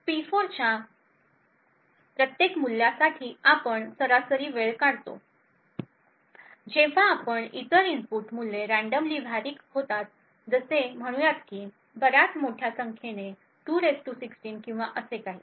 P4 च्या प्रत्येक मूल्यासाठी आपण सरासरी वेळ काढतो जेव्हा आपण इतर इनपुट मूल्ये रनडॅमली व्हेरी होतात जसे म्हणूयात की बऱ्याच मोठ्या संख्येने 2 16 किंवा असे काही